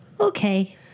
Okay